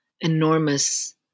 enormous